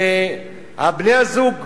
ובני-הזוג,